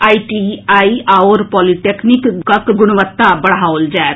ITI आओर polytechnic गुणवत्ता बढ़ाओल जाएत